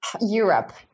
Europe